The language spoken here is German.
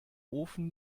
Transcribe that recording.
ofen